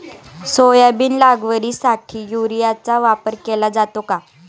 Soybean लागवडीसाठी युरियाचा वापर केला जातो का?